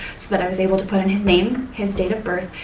but i was able to put in his name, his date of birth,